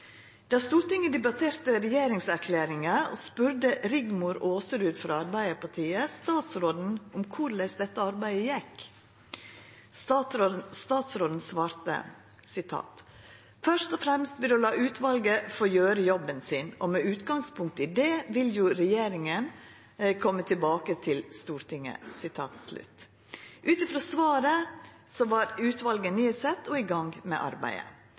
Stortinget debatterte regjeringserklæringa, spurde Rigmor Aasrud frå Arbeidarpartiet statsråden om korleis dette arbeidet gjekk. Statsråden svarte: «Først og fremst ved å la utvalget få gjøre jobben sin. Og med utgangspunkt i det vil jo regjeringen komme tilbake til Stortinget.» Ut frå svaret var utvalet nedsett og i gang med arbeidet.